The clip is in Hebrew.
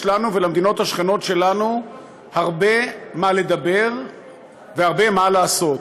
יש לנו ולמדינות השכנות שלנו הרבה מה לדבר והרבה מה לעשות.